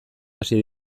hasi